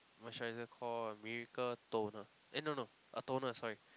moisturizer call Miracle Toner eh no no a toner sorry